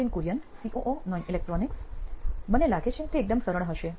Nithin Kurian COO નોઇન electronics મને લાગે છે કે તે એકદમ સરળ હશે